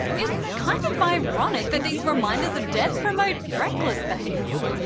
it's kind of ironic that these reminders of death promote reckless behaviour.